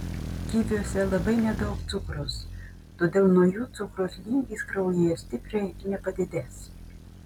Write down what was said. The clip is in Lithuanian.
kiviuose labai nedaug cukraus todėl nuo jų cukraus lygis kraujyje stipriai nepadidės